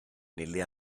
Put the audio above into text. nelle